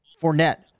Fournette